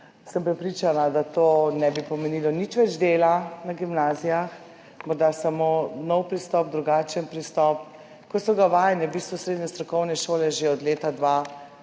Prepričana sem, da to ne bi pomenilo nič več dela na gimnazijah, morda samo nov pristop, drugačen pristop, kot so ga vajene v bistvu srednje strokovne šole že od, če se